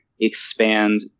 expand